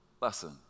lesson